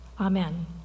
Amen